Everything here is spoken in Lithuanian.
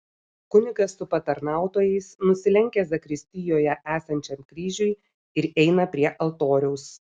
kunigas su patarnautojais nusilenkia zakristijoje esančiam kryžiui ir eina prie altoriaus